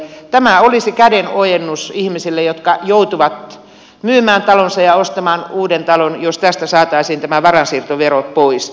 tämä olisi kädenojennus ihmisille jotka joutuvat myymään talonsa ja ostamaan uuden talon jos tästä saataisiin tämä varainsiirtovero pois